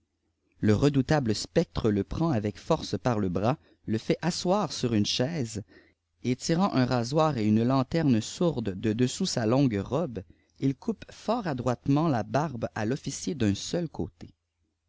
le redoutable spectre le prend avec fqrce par le bras lefâit asseoir sur une chaise et tirant un rasoir et une lanterne sourde de dessous sa longue robe il coupe fort adroitement la barbe à l'officier d'un seul côté